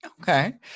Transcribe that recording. okay